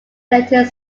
related